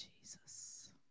Jesus